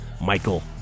Michael